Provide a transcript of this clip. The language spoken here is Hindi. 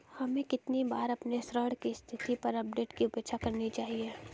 हमें कितनी बार अपने ऋण की स्थिति पर अपडेट की अपेक्षा करनी चाहिए?